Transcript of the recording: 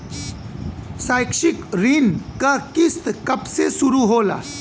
शैक्षिक ऋण क किस्त कब से शुरू होला?